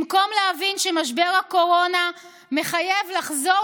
במקום להבין שמשבר הקורונה מחייב לחזור